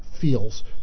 feels